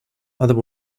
other